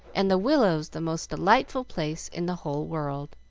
and the willows the most delightful place in the whole world.